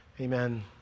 Amen